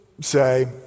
say